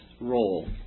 role